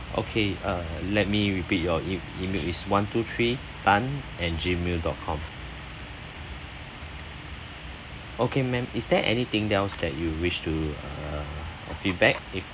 okay uh let me repeat your e~ email is one two three tan at gmail dot com okay ma'am is there anything else that you wish to uh feedback